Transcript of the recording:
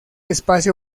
espacio